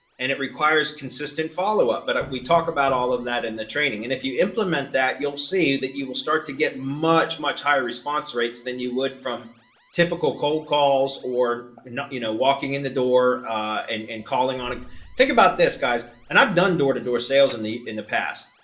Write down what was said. and it requires consistent follow up but we talked about all of that in the training and if you implement that, you'll see that you will start to get much much higher response rates than you would from typical cold calls or not, you know walking in the door and calling on think about this guy's and i've done door to door sales in the in the past,